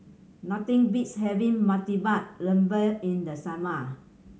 nothing beats having Murtabak Lembu in the summer